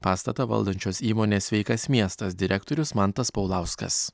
pastatą valdančios įmonės sveikas miestas direktorius mantas paulauskas